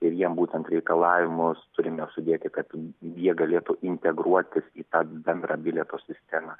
ir jiem būtent reikalavimus turime sudėti kad jie galėtų integruotis į tą bendrą bilieto sistemą